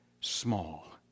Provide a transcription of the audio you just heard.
small